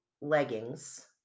leggings